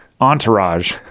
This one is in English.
Entourage